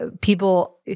people